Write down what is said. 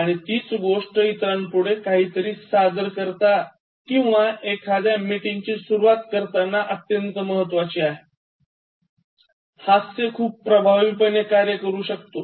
आणि तीच गोष्ट इतरांपुढे काहीतरी सादर करतां किंवा एखाद्या मिटिंगची सुरवात करताना अत्यन्त महत्वाची आहे हास्य खूप प्रभावीपणे कार्य करू शकतो